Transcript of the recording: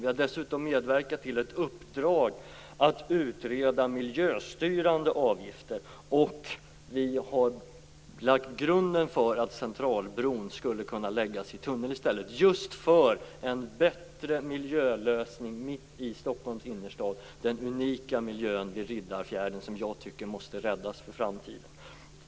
Vi har dessutom medverkat till ett uppdrag att utreda miljöstyrande avgifter, och vi har lagt grunden för att Centralbron skulle kunna läggas i tunnel i stället, just för en bättre miljölösning mitt i Stockholms innerstad med tanke på den unika miljö vid Riddarfjärden som jag tycker måste räddas för framtiden.